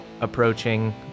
approaching